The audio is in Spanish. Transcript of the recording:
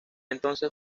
entonces